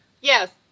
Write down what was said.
Yes